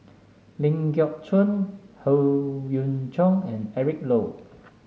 Ling Geok Choon Howe Yoon Chong and Eric Low